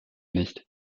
nicht